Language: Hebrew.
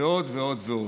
ועוד ועוד ועוד,